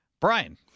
Brian